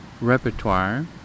repertoire